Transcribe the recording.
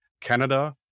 Canada